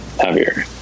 heavier